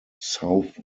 south